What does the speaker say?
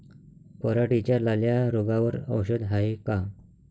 पराटीच्या लाल्या रोगावर औषध हाये का?